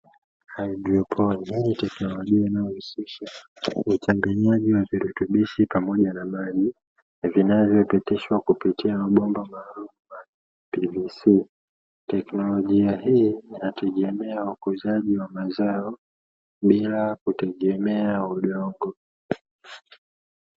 Hydroponi hii teknolojia inayohusisha uchanganyaji wa virutubishi pamoja na maji, vinavyopitishwa kupitia mabomba maalumu ya "PVC". Teknolojia hii inategemea ukuzaji wa mazao bila kutegemea udongo.